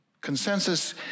Consensus